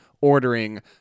ordering